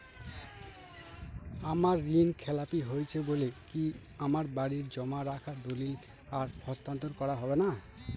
আমার ঋণ খেলাপি হয়েছে বলে কি আমার বাড়ির জমা রাখা দলিল আর হস্তান্তর করা হবে না?